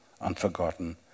unforgotten